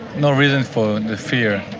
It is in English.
no reason for the fear.